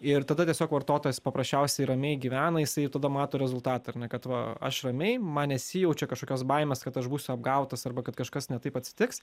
ir tada tiesiog vartotojas paprasčiausiai ramiai gyvena jisai tada mato rezultatą ar ne kad va aš ramiai man nesijaučia kašokios baimės kad aš būsiu apgautas arba kad kažkas ne taip atsitiks